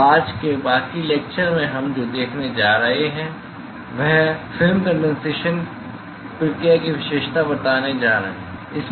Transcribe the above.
तो आज के बाकी लेक्चर में हम जो देखने जा रहे हैं हम फिल्म कंडेनसेशन प्रक्रिया की विशेषता बताने जा रहे हैं